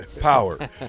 Power